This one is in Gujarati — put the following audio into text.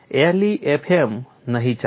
LEFM નહીં ચાલે